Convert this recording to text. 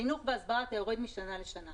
חינוך והסברה אתה יורד משנה לשנה.